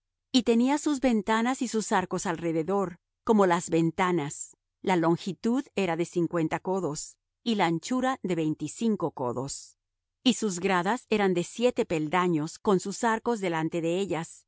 y tenía sus ventanas y sus arcos alrededor como las ventanas la longitud era de cincuenta codos y la anchura de veinticinco codos y sus gradas eran de siete peldaños con sus arcos delante de ellas